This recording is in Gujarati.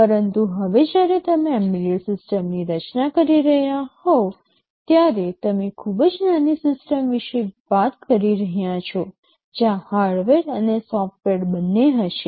પરંતુ હવે જ્યારે તમે એમ્બેડેડ સિસ્ટમની રચના કરી રહ્યા હોવ ત્યારે તમે ખૂબ જ નાની સિસ્ટમ વિશે વાત કરી રહ્યા છો જ્યાં હાર્ડવેર અને સોફ્ટવેર બંને હશે